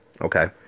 okay